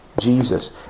Jesus